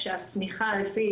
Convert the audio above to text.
כשהצמיחה לפי,